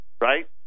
Right